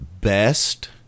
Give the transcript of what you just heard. best